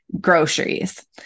groceries